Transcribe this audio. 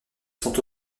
sont